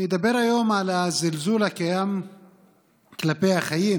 אני אדבר היום על הזלזול הקיים כלפי החיים,